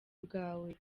bwawe